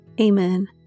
Amen